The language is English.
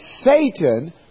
Satan